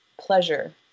pleasure